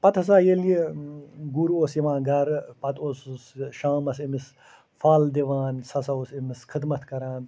پَتہٕ ہسا ییٚلہِ یہِ گُر اوس یِوان گھرٕ پَتہٕ اوس سُہ شامَس أمِس پھل دِوان سُہ ہسا اوس أمِس خدمَت کران